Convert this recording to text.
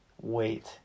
wait